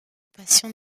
patient